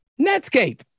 Netscape